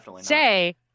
say